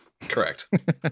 Correct